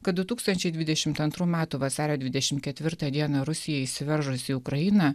kad du tūkstančiai dvidešimt antrų metų vasario dvidešimt ketvirtą dieną rusijai įsiveržus į ukrainą